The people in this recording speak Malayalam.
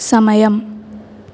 സമയം